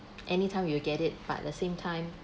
anytime you will get it but the same time